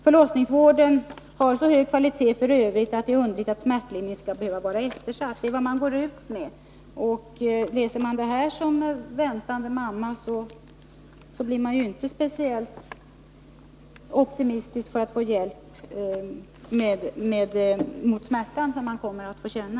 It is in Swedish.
Förlossningsvården har så hög kvalitet för övrigt att det är underligt att smärtlindring ska behöva vara eftersatt.” Läser man detta som väntande mamma vågar man inte vara speciellt optimistisk om att få hjälp med den smärta man kommer att få känna.